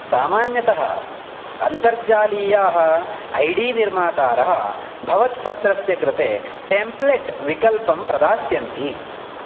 सामान्यतः अन्तर्जालीयाः I D निर्मातारः भवत्पत्रस्य कृते टेम्प्लेट् विकल्पं प्रदास्यन्ति